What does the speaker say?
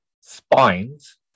spines